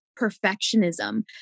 perfectionism